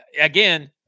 again